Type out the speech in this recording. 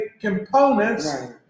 components